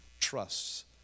trusts